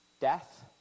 death